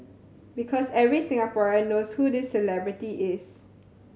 because every Singaporean knows who this celebrity is